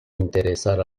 interesar